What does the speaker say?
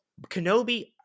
Kenobi